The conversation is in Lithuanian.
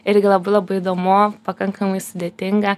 irgi labai labai įdomu pakankamai sudėtinga